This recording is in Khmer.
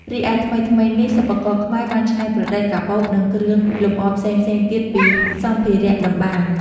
រីឯថ្មីៗនេះ សិប្បករខ្មែរបានច្នៃប្រឌិត កាបូប និងគ្រឿងលម្អផ្សេងៗទៀតពីសម្ភារតម្បាញ។